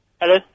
Hello